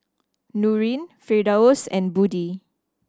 Nurin Firdaus and Budi